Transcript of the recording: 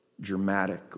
dramatic